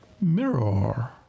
Mirror